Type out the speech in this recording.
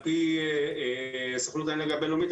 על פי סוכנות האנרגיה הבין-לאומית,